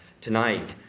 tonight